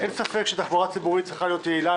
אין ספק שתחבורה ציבורית צריכה להיות יעילה,